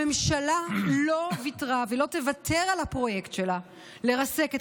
הממשלה לא ויתרה ולא תוותר על הפרויקט שלה לרסק את